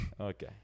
Okay